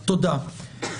תודה.